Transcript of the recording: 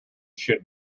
should